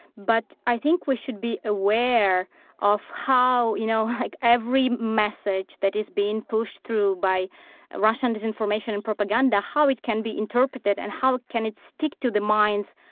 but i think we should be aware of how, you know like every message that is being pushed through by russian disinformation and propaganda, how it can be interpreted and how can it stick to the minds,